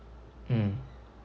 mm